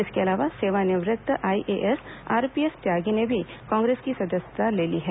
इसके अलावा सेवानिवृत्त आईएएस आरपीएस त्यागी ने भी कांग्रेस की सदस्यता ले ली है